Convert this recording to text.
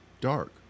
dark